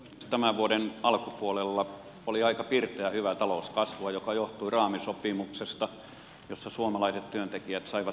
tämän vuoden alkupuolella oli aika pirteää hyvää talouskasvua joka johtui raamisopimuksesta jossa suomalaiset työntekijät saivat sataviisikymppiä